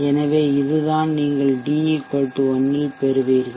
எனவே இதுதான் நீங்கள் d 1 இல் பெறுவீர்கள்